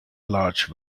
large